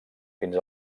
fins